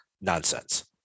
Nonsense